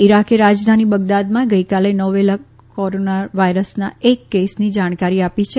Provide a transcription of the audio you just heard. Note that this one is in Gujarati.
ઇરાકે રાજધાની બગદાદમાં ગઇ કાલે નોવેલ કોરોના વાયરસના એક કેસની જાણકારી ાપી છે